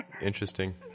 Interesting